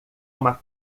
uma